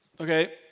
Okay